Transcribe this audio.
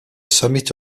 summit